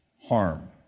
harm